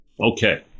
Okay